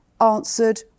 answered